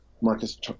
Marcus